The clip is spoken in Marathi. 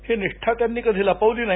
ही निष्ठा त्यांनी कधी लपवली नाही